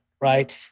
right